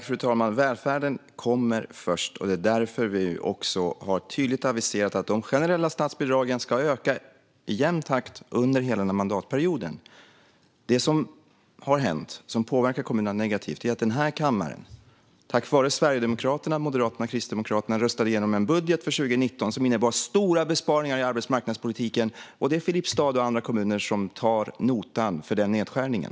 Fru talman! Välfärden kommer först, och det är därför vi har tydligt aviserat att de generella statsbidragen ska öka i jämn takt under hela mandatperioden. Det som har hänt och som påverkar kommunerna negativt är att den här kammaren, tack vare Sverigedemokraterna, Moderaterna och Kristdemokraterna, röstade igenom en budget för 2019 som innebar stora besparingar i arbetsmarknadspolitiken. Det är Filipstad och andra kommuner som tar notan för den nedskärningen.